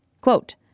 Quote